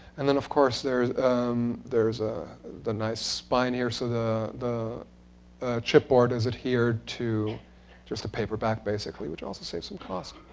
and then, of course, there's um there's ah the nice spine here, so that the chipboard is adhered to just a paper back, basically, which also saves some cost,